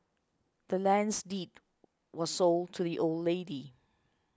the land's deed was sold to the old lady